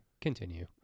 continue